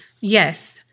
Yes